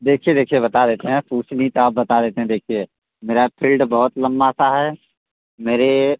देखिए देखिए बता देते हैं पूछनी तो आप बता देते हैं देखिए मेरा फील्ड बहुत लंबा सा है मेरे